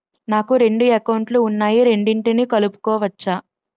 నాకు రెండు అకౌంట్ లు ఉన్నాయి రెండిటినీ కలుపుకోవచ్చా?